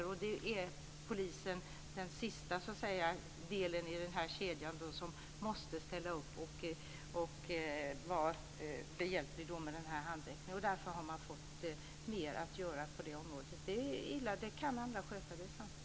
Polisen är den sista länken i kedjan av dessa instanser och måste ställa upp med vissa handräckningsuppgifter, så att den har fått mer att göra. Det är illa, och det är sant att dessa kan skötas av andra.